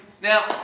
Now